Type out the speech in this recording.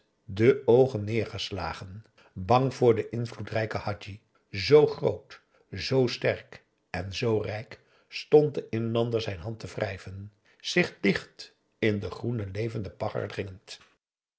de oogen neergeslagen bang voor den invloedrijken hadji zoo groot zoo sterk en zoo rijk stond de inlander zijn hand te wrijven zich dicht in de groene levende